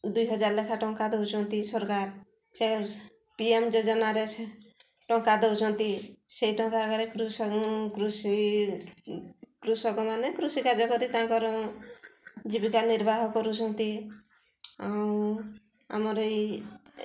ଦୁଇ ହଜାର ଲେଖା ଟଙ୍କା ଦଉଛନ୍ତି ସରକାର ପି ଏମ ଯୋଜନାରେ ଟଙ୍କା ଦଉଛନ୍ତି ସେଇ ଟଙ୍କା ଆଗରେ କୃଷକ କୃଷି କୃଷକମାନେ କୃଷି କାର୍ଯ୍ୟ କରି ତାଙ୍କର ଜୀବିକା ନିର୍ବାହ କରୁଛନ୍ତି ଆଉ ଆମର